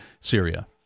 Syria